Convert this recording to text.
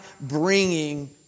bringing